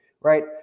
Right